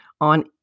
on